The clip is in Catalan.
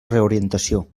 reorientació